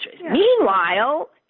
Meanwhile